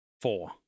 four